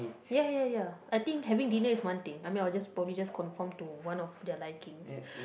ya ya ya I think having dinner is one thing I mean I will just probably just conform to one of their likings